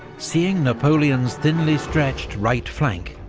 seeing napoleon's thinly-stretched right flank,